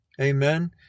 Amen